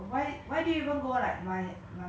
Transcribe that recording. cause like other places very boring ah